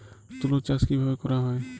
তুলো চাষ কিভাবে করা হয়?